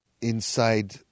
inside